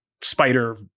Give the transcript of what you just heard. spider